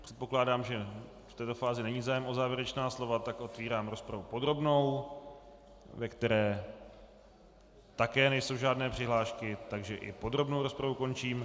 Předpokládám, že v této fázi není zájem o závěrečná slova, tak otevírám rozpravu podrobnou, ve které také nejsou žádné přihlášky, takže i podrobnou rozpravu končím.